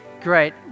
Great